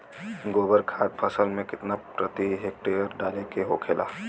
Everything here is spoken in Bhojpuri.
गोबर खाद फसल में कितना प्रति हेक्टेयर डाले के होखेला?